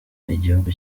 igihugu